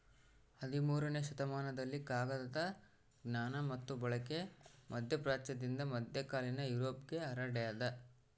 ಹದಿಮೂರನೇ ಶತಮಾನದಲ್ಲಿ ಕಾಗದದ ಜ್ಞಾನ ಮತ್ತು ಬಳಕೆ ಮಧ್ಯಪ್ರಾಚ್ಯದಿಂದ ಮಧ್ಯಕಾಲೀನ ಯುರೋಪ್ಗೆ ಹರಡ್ಯಾದ